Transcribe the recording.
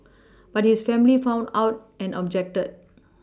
but his family found out and objected